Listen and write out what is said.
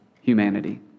humanity